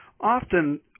often